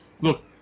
look